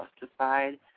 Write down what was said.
justified